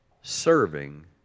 serving